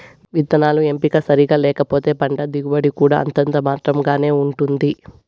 విత్తనాల ఎంపిక సరిగ్గా లేకపోతే పంట దిగుబడి కూడా అంతంత మాత్రం గానే ఉంటుంది